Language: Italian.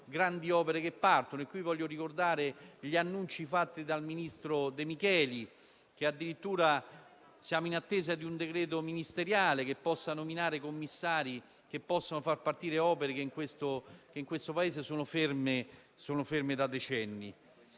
grandi opere che partono. A tale proposito voglio ricordare gli annunci fatti dal ministro De Micheli, addirittura siamo in attesa di un decreto ministeriale che porti alla nomina di commissari che possano far partire opere che in questo Paese sono ferme da decenni.